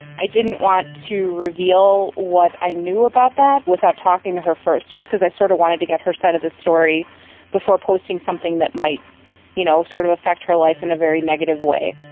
i didn't want to reveal what i knew about that without talking to her first, just because i sort of wanted to get her side of the story before posting something that might you know sort of affect her life in a very negative way.